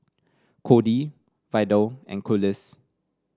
Kody Vidal and Collis